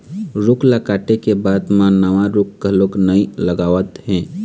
रूख ल काटे के बाद म नवा रूख घलोक नइ लगावत हे